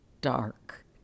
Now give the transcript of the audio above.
dark